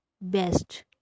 best